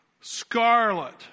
scarlet